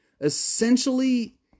essentially